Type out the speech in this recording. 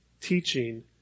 teaching